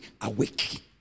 awake